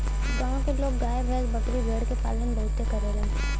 गांव के लोग गाय भैस, बकरी भेड़ के पालन बहुते करलन